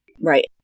Right